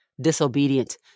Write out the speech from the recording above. disobedient